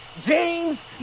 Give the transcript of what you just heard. James